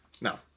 no